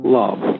love